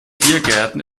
biergärten